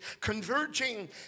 converging